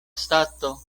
stato